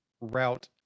route